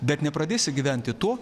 bet nepradėsi gyventi tuo